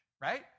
right